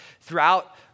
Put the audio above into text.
throughout